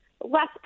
less